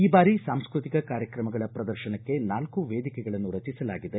ಈ ಬಾರಿ ಸಾಂಸ್ಟೃತಿಕ ಕಾರ್ಯಕ್ರಮಗಳ ಪ್ರದರ್ಶನಕ್ಕೆ ನಾಲ್ಕು ವೇದಿಕೆಗಳನ್ನು ರಚಿಸಲಾಗಿದೆ